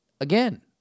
Again